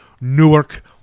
Newark